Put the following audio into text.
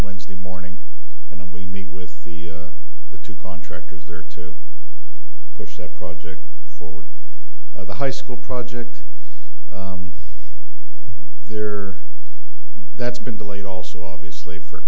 wednesday morning and then we meet with the the two contractors there to push that project forward of the high school project there that's been delayed also obviously for a